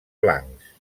blancs